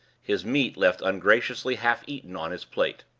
his meat left ungraciously half-eaten on his plate.